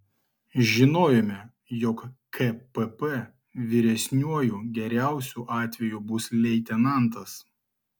žinojome jog kpp vyresniuoju geriausiu atveju bus leitenantas